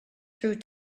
through